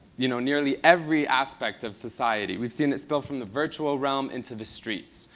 you know, nearly every aspect of society we've seen it spill from the virtual realm into the streets,